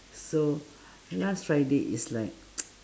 so last friday is like